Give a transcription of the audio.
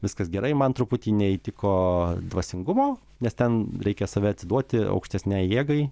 viskas gerai man truputį neįtiko dvasingumo nes ten reikia save atsiduoti aukštesniajai jėgai